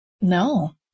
No